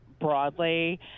broadly